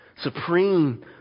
supreme